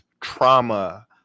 trauma